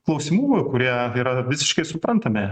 klausimų kurie yra visiškai suprantami